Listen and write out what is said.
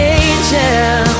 angel